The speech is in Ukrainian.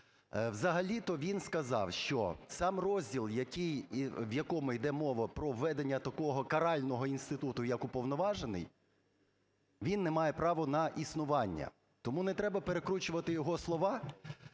Взагалі-то він сказав, що сам розділ, який… в якому йде мова про введення такого карального інституту, як уповноважений, він не має права на існування. Тому не треба перекручувати його слова.